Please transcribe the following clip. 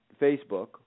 Facebook